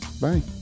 Bye